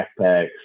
backpacks